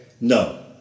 No